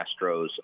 Astros